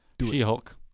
She-Hulk